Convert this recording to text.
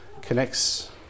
Connects